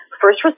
First